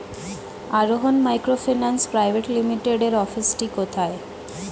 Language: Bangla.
আরোহন মাইক্রোফিন্যান্স প্রাইভেট লিমিটেডের অফিসটি কোথায়?